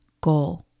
goal